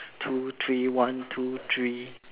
two three one two three